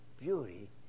beauty